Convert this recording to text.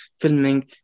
filming